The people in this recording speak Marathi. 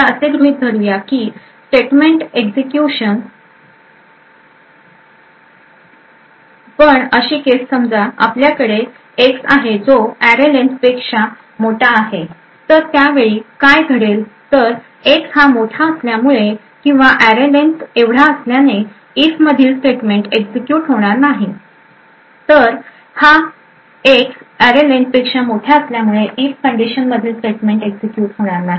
आता असे गृहीत धरू या की स्टेटमेंट एक्झिक्युशन पण अशी केस समजा आपल्याकडे Xआहे जो array len पेक्षा मोठा आहे तर त्या वेळी काय घडेल तर X हा मोठा असल्यामुळे किंवा array len एवढा असल्याने if मधील स्टेटमेंट एक्झिक्युट होणार नाही तर X हा array len पेक्षा मोठा असल्यामुळे if कंडीशन मधील स्टेटमेंट एक्झिक्युट होणार नाही